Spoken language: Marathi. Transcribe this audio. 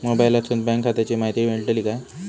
मोबाईलातसून बँक खात्याची माहिती मेळतली काय?